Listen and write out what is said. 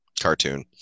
cartoon